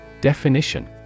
Definition